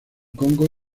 congo